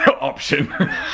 option